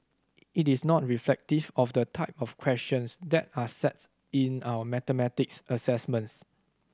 it is not reflective of the type of questions that are sets in our mathematics assessments